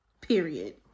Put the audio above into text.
Period